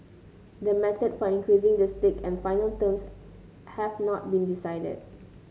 the method for increasing the stake and final terms have not been decided